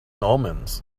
omens